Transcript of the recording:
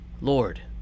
Lord